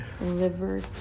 Liver